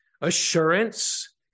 assurance